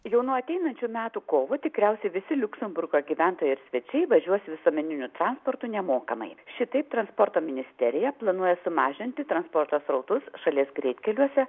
jau nuo ateinančių metų kovo tikriausiai visi liuksemburgo gyventojai ir svečiai važiuos visuomeniniu transportu nemokamai šitaip transporto ministerija planuoja sumažinti transporto srautus šalies greitkeliuose